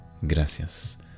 Gracias